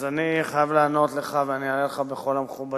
אז אני חייב לענות לך, ואני אענה לך בכל המכובדות.